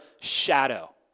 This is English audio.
shadow